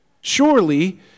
Surely